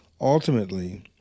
ultimately